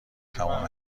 تموم